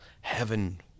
heaven